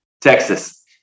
Texas